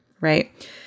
Right